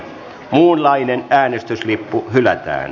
muunlainen äänestyslippu hylätään